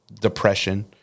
depression